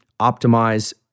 optimize